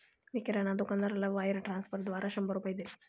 मी किराणा दुकानदाराला वायर ट्रान्स्फरद्वारा शंभर रुपये दिले